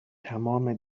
تمام